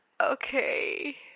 Okay